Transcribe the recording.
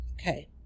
Okay